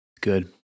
Good